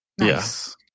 Yes